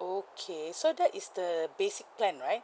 okay so that is the basic plan right